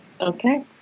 Okay